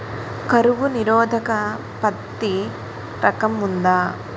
కరువు నిరోధక పత్తి రకం ఉందా?